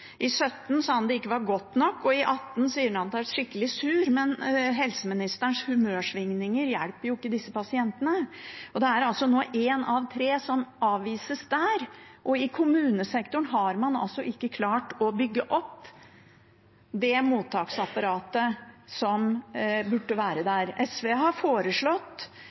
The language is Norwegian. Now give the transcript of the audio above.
I 2017 sa han at det ikke var godt nok, og i 2018 sier han at han er skikkelig sur. Men helseministerens humørsvingninger hjelper jo ikke disse pasientene – der det nå er én av tre som avvises. I kommunesektoren har man ikke klart å bygge opp det mottaksapparatet som burde være der. SV har foreslått